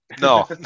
no